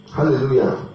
Hallelujah